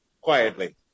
quietly